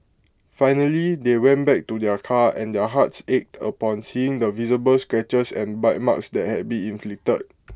finally they went back to their car and their hearts ached upon seeing the visible scratches and bite marks that had been inflicted